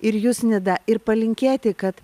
ir jus nida ir palinkėti kad